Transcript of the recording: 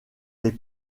les